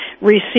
receive